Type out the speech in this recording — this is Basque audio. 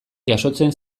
jasotzen